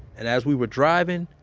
and as we were driving,